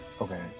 Okay